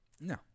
No